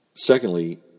Secondly